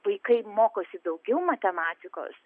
vaikai mokosi daugiau matematikos